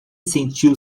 sentiu